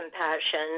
compassion